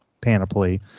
panoply